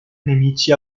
nemici